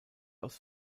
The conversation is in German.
aus